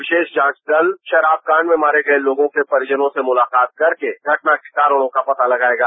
विशेष जांच दल शराब कांड में मारे गये लोगों के परिजनों से मुलाकात करके घटना के कारणों का पता लगायेगा